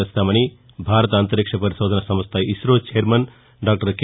చేస్తామని భారత అంతరిక్ష పరిశోధన సంస్థ ఇసో ఛైర్మన్ దాక్టర్ కె